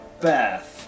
bath